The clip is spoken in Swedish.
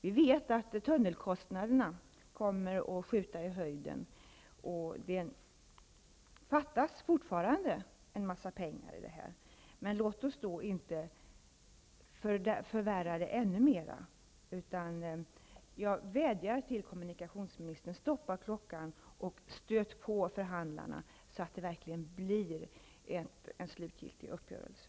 Vi vet att tunnelkostnaderna kommer att skjuta i höjden. Det fattas fortfarande mycket pengar, men låt oss inte förvärra situationen ännu mer. Jag vädjar till kommunikationsministern: Stoppa klockan och stöt på förhandlarna, så att det verkligen blir en slutgiltig uppgörelse.